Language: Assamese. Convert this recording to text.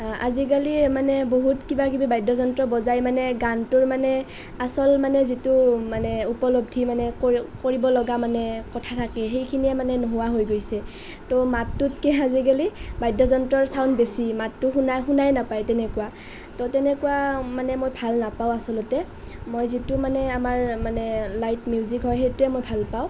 আজিকালি মানে বহুত কিবা কিবি বাদ্যযন্ত্ৰ বজাই মানে গানটোৰ মানে অচল মানে যিটো মানে উপলব্ধি মানে কৰি কৰিব লগা মানে কথা থাকে সেইখিনিয়ে মানে নোহোৱা হৈ গৈছে সেইকাৰণে মাতটোতকে আজিকালি বাদ্যযন্ত্ৰৰ চাউন বেছি মাতটো শুনা শুনাই নাপায় তেনেকুৱা সেই তেনেকুৱা মানে মই ভাল নাপাওঁ আচলতে মই যিটো মানে আমাৰ মানে লাইট মিউজিক হয় সেইটোৱে মই ভাল পাওঁ